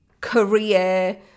career